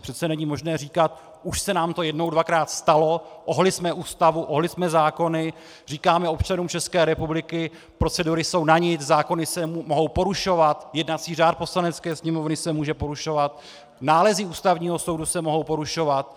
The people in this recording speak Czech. Přece není možné říkat už se nám to jednou dvakrát stalo, ohnuli jsme Ústavu, ohnuli jsme zákony, říkáme občanům České republiky: procedury jsou na nic, zákony se mohou porušovat, jednací řád Poslanecké sněmovny se může porušovat, nálezy Ústavního soudu se mohou porušovat.